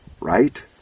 Right